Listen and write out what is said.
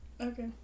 Okay